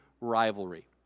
rivalry